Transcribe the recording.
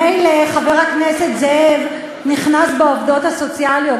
מילא חבר הכנסת זאב נכנס בעובדות הסוציאליות,